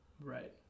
right